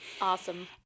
Awesome